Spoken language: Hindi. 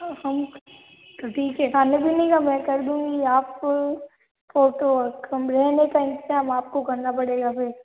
हम तो ठीक है खाने पीने का में कर दूंगी आप फ़ोटो कम रहने का इन्तजाम आपको करना पड़ेगा फिर